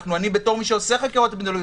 אני בתור מי שעושה חקירות אפידמיולוגיות,